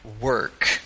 work